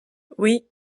oui